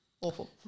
awful